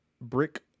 brick